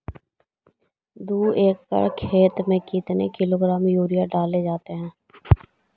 दू एकड़ खेत में कितने किलोग्राम यूरिया डाले जाते हैं?